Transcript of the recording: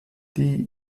die